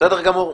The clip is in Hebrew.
בסדר גמור.